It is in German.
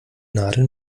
nadel